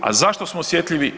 A zašto smo osjetljivi?